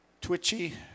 twitchy